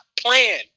plan